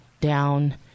down